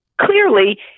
Clearly